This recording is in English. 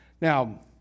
Now